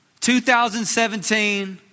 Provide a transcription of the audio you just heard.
2017